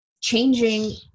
changing